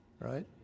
right